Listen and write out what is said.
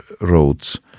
roads